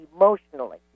emotionally